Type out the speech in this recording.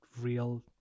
real